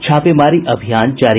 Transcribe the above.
छापेमारी अभियान जारी